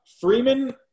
Freeman